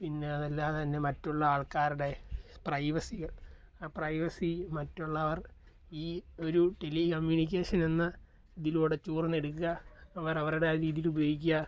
പിന്നെ അതല്ലാതെ തന്നെ മറ്റുള്ള ആൾക്കാരുടെ പ്രൈവസിയെ പ്രൈവസി മറ്റുള്ളവർ ഈ ഒരു ടെലികമ്മ്യൂണിക്കേഷനെന്ന ഇതിലൂടെ ചൂർന്ന് എടുക്കുക അവരുടെ രീതിയിൽ ഉപയോഗിക്കുക